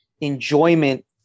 enjoyment